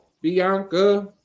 Bianca